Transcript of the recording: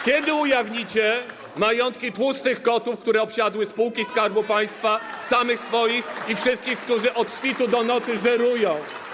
Kiedy ujawnicie majątki tłustych kotów, które obsiadły spółki Skarbu Państwa, samych swoich i wszystkich, którzy od świtu do nocy żerują?